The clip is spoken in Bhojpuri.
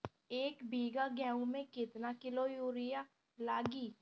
एक बीगहा गेहूं में केतना किलो युरिया लागी?